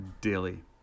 daily